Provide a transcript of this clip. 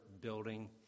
building